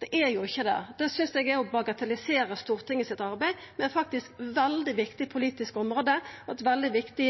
Det er jo ikkje det. Det synest eg er å bagatellisera Stortingets arbeid på eit veldig viktig politisk område – eit veldig viktig